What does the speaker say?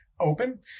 open